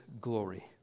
glory